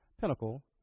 pinnacle